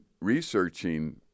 researching